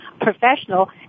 professional